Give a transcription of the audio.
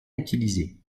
utilisés